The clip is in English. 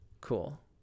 Cool